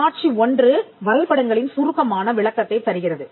காட்சி 1 வரைபடங்களின் சுருக்கமான விளக்கத்தைத் தருகிறது